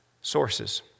sources